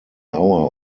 hour